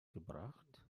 gebracht